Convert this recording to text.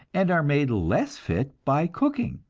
and are made less fit by cooking.